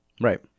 Right